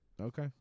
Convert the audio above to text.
Okay